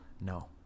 No